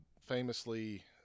famously